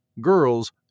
girls